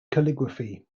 calligraphy